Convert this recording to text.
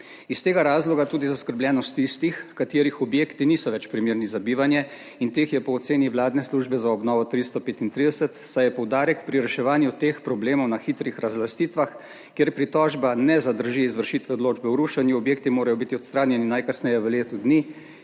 Iz tega razloga tudi zaskrbljenost tistih, katerih objekti niso več primerni za bivanje, in teh je po oceni vladne službe za obnovo 335, saj je poudarek pri reševanju teh problemov na hitrih razlastitvah, kjer pritožba ne zadrži izvršitve odločbe o rušenju, objekti morajo biti odstranjeni najkasneje v letu dni,